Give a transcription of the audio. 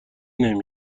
نمی